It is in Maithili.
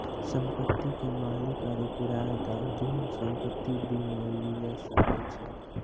संपत्ति के मालिक आरु किरायादार दुनू संपत्ति बीमा लिये सकै छै